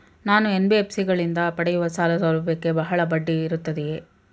ನಾನು ಎನ್.ಬಿ.ಎಫ್.ಸಿ ಗಳಿಂದ ಪಡೆಯುವ ಸಾಲ ಸೌಲಭ್ಯಕ್ಕೆ ಬಹಳ ಬಡ್ಡಿ ಇರುತ್ತದೆಯೇ?